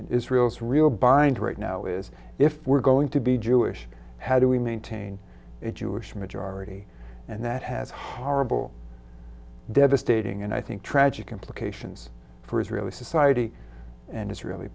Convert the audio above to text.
israel's real bind right now is if we're going to be jewish how do we maintain a jewish majority and that has harbel devastating and i think tragic implications for israeli society and israeli